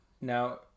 now